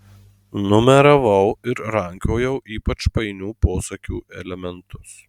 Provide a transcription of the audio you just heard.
numeravau ir rankiojau ypač painių posakių elementus